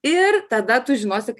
ir tada tu žinosi